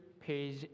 page